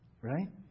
Right